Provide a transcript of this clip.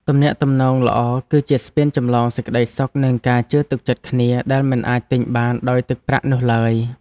ទំនាក់ទំនងល្អគឺជាស្ពានចម្លងសេចក្តីសុខនិងការជឿទុកចិត្តគ្នាដែលមិនអាចទិញបានដោយទឹកប្រាក់នោះឡើយ។